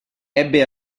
ebbe